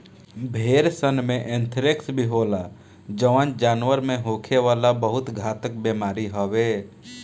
भेड़सन में एंथ्रेक्स भी होला जवन जानवर में होखे वाला बहुत घातक बेमारी हवे